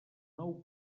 nou